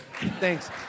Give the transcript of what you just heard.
Thanks